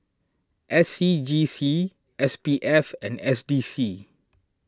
S C G C S P F and S D C